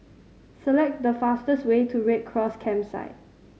select the fastest way to Red Cross Campsite